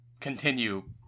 continue